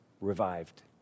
revived